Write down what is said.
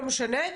לא משנה,